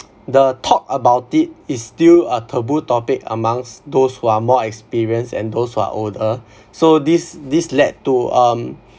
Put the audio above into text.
the talk about it is still a taboo topic amongst those who are more experienced and those who are older so this this led to um